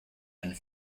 and